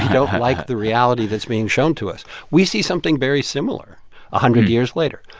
don't like the reality that's being shown to us we see something very similar a hundred years later.